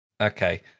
Okay